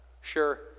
Sure